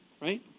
right